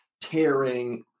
tearing